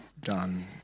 done